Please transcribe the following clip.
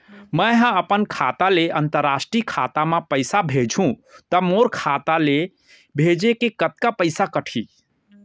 मै ह अपन खाता ले, अंतरराष्ट्रीय खाता मा पइसा भेजहु त मोर खाता ले, भेजे के कतका पइसा कटही?